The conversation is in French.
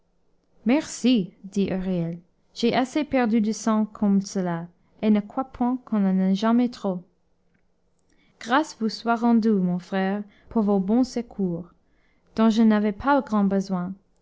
dit huriel j'ai assez perdu de sang comme cela et ne crois point qu'on en ait jamais trop grâces vous soient rendues mon frère pour vos bons secours dont je n'avais pas grand besoin